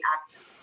act